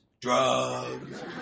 Drugs